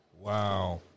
Wow